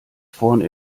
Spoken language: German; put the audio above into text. vorne